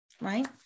right